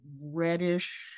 reddish